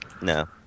No